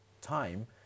time